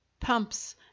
pumps